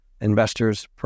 investors